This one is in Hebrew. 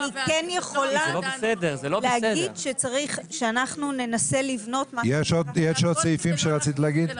אני כן יכולה להגיד שאנחנו ננסה לבנות --- יש עוד סעיפים שרצית להגיד?